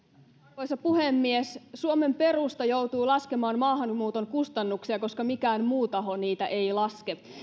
arvoisa puhemies suomen perusta joutuu laskemaan maahanmuuton kustannuksia koska mikään muu taho niitä ei laske